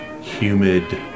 humid